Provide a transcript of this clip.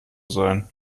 sein